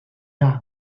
dark